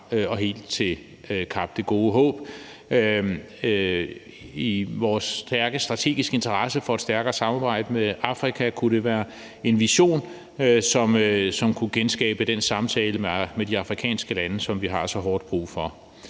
og helt til Kap det Gode Håb. I vores stærke strategiske interesse for et stærkere samarbejde med Afrika kunne det være en vision, som kunne genskabe den samtale med de afrikanske lande, som vi har så hårdt brug for.